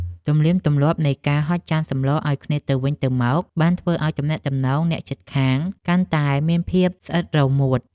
ទំនៀមទម្លាប់នៃការហុចចានសម្លឱ្យគ្នាទៅវិញទៅមក បានធ្វើឱ្យទំនាក់ទំនងអ្នកជិតខាងកាន់តែមានភាពស្អិតរមួត។